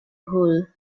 hole